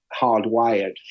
hardwired